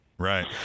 Right